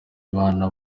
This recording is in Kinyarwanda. abana